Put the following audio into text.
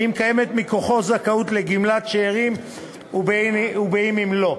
בין שקיימת מכוחו זכאות לגמלת שאירים ובין שלאו,